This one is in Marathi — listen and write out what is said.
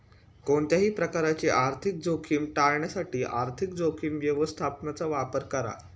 कोणत्याही प्रकारची आर्थिक जोखीम टाळण्यासाठी आर्थिक जोखीम व्यवस्थापनाचा वापर करा